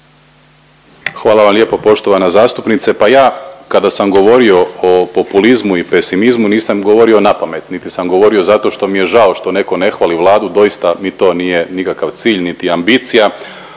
Hvala vam lijepo poštovana zastupnice. Pa ja kada sam govorio o populizmu i pesimizmu nisam govorio napamet niti sam govorio zato što mi je žao što neko ne hvali Vladu, doista mi to nije nikakav cilj niti ambicija,